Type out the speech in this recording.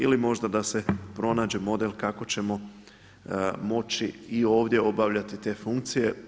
Ili možda da se pronađe model kako ćemo moći i ovdje obavljati te funkcije.